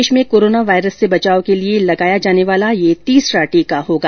देश में corona virus से बचाव के लिए लगाया जाने वाला यह तीसरा टीका होगा